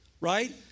right